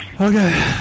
Okay